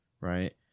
Right